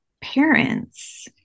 parents